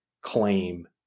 claim